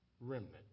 Remnant